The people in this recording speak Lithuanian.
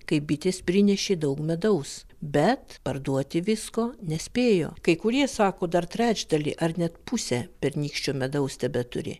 kai bitės prinešė daug medaus bet parduoti visko nespėjo kai kurie sako dar trečdalį ar net pusę pernykščio medaus tebeturi